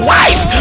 wife